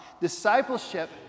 Discipleship